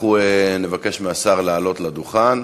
אנחנו נבקש מהשר לעלות לדוכן.